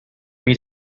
eat